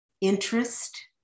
interest